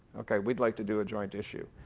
okay we'd like to do a joint issue.